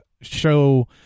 show